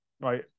right